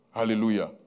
Hallelujah